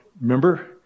remember